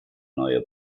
neue